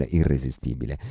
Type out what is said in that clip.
irresistibile